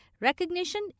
Recognition